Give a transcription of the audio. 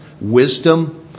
wisdom